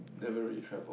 never really traveled